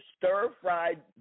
stir-fried